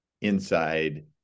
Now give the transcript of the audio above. inside